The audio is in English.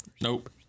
Nope